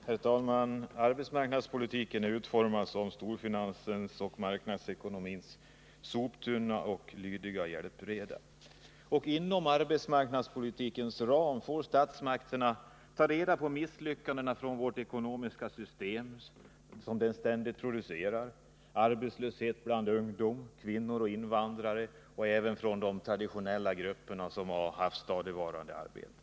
Herr talman! Arbetsmarknadspolitiken är utformad som storfinansens och marknadsekonomins soptunna och lydiga hjälpreda. Inom arbetsmarknadspolitikens ram får statsmakterna ta reda på de misslyckanden som vårt ekonomiska system ständigt producerar: arbetslöshet bland ungdomar, kvinnor, invandrare och även bland de grupper som traditionellt har stadigvarande arbete.